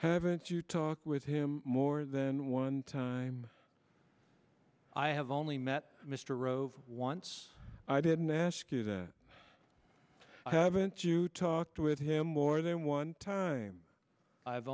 haven't you talked with him more than one time i have only met mr rove wants i didn't ask you that haven't you talked with him more than one time i've